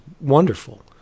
wonderful